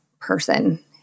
person